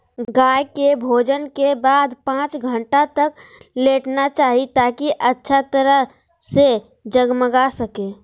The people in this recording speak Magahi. गाय के भोजन के बाद पांच घंटा तक लेटना चाहि, ताकि अच्छा तरह से जगमगा सकै